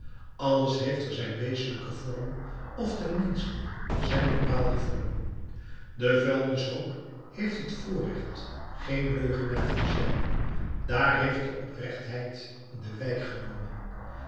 alles heeft er zijn wezenlijken vorm of ten minste zijn bepaalden vorm de vuilnishoop heeft het voorrecht geen leugenaar te zijn daar heeft de oprechtheid de wijk genomen